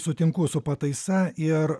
sutinku su pataisa ir